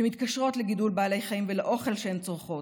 שמתקשרות לגידול בעלי חיים ולאוכל שהם צורכים.